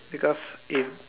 because if